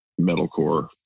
metalcore